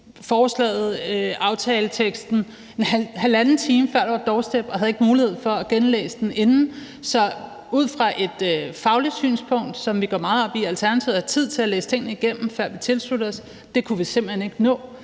forslaget, aftaleteksten, halvanden time før, der var der doorstep, og havde ikke mulighed for at gennemlæse den inden, så ud fra et fagligt synspunkt, som vi går meget op i i Alternativet, altså at have tid til at læse tingene igennem, før vi tilslutte os dem, kunne vi simpelt hen ikke nå